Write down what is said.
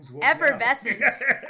effervescence